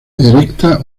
erecta